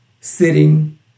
sitting